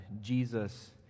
Jesus